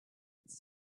its